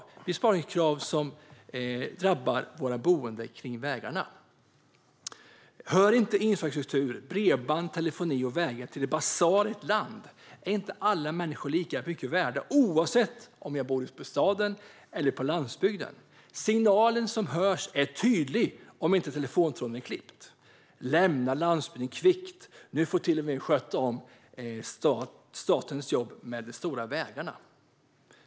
Det är besparingskrav som drabbar våra boende kring vägarna. Hör inte infrastruktur, bredband, telefoni och vägar till det basala i ett land? Är inte alla människor lika mycket värda oavsett om de bor i staden eller på landsbygden? Signalen som hörs är tydlig, om inte telefontråden är klippt: Lämna landsbygden kvickt! Nu får vi till och med sköta statens jobb med de stora vägarna.